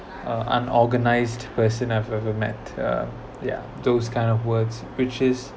uh unorganised person I've ever met uh yeah those kind of words which is